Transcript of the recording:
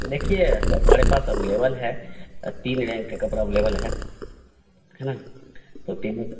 देखिए सर हमारे पास अवेलेबल है तीन रैंक का कपड़ा अवेलेबल है है न तो तीनों का